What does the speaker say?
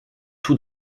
tout